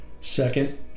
Second